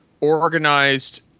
organized